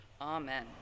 Amen